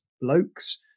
blokes